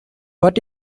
what